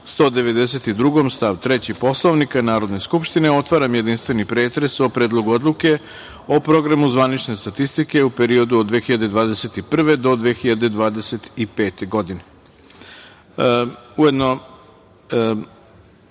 192. stav 3. Poslovnika Narodne skupštine, otvaram jedinstveni pretres o Predlogu odluke o Programu zvanične statistike u periodu od 2021. do 2025. godine. Ujedno,